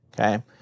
Okay